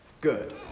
good